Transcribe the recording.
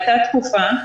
הייתה תקופה,